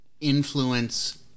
influence